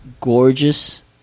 gorgeous